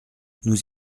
nous